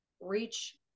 reach